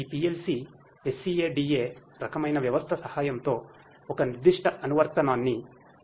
ఈ PLC SCADA రకమైన వ్యవస్థ సహాయంతో ఒక నిర్దిష్ట అనువర్తనాన్ని అమలు చేయడానికి వుపయొగిస్థారు